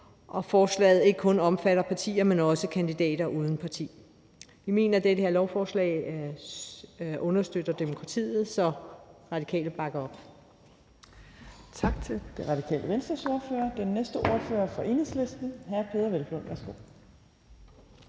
så forslaget ikke kun omfatter partier, men også kandidater uden parti. Vi mener, at det her lovforslag understøtter demokratiet, så Radikale bakker op. Kl. 12:06 Tredje næstformand (Trine Torp): Tak til Radikale Venstres ordfører. Den næste ordfører er fra Enhedslisten, og det er hr. Peder Hvelplund.